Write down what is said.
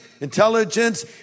intelligence